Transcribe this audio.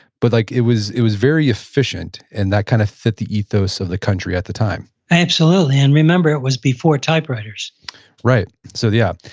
but like, it was it was very efficient, and that kind of fit the ethos of the country at the time absolutely. and remember, it was before typewriters right, so yeah.